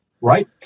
right